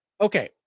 Okay